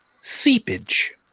seepage